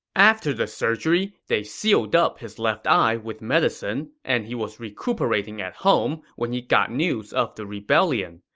after the surgery, they sealed up his left eye with medicine and he was recuperating at home when he got news of the rebellion.